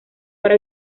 para